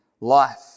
life